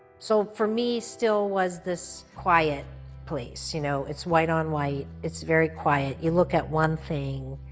so for me still was this quiet place, you know? it's white on white, it's very quiet. you look at one thing,